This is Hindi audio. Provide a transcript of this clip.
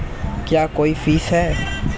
क्या कोई फीस है?